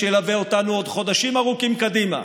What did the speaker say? שילווה אותנו עוד חודשים ארוכים קדימה,